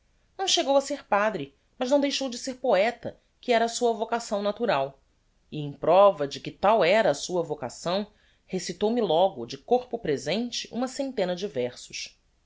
não chegou a ser padre mas não deixou de ser poeta que era a sua vocação natural e em prova de que tal era a sua vocação recitou me logo de corpo presente uma centena